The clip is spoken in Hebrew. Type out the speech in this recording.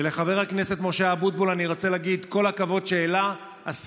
ולחבר הכנסת משה אבוטבול אני רוצה להגיד כל הכבוד על שהוא העלה את זה.